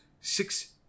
six